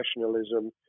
professionalism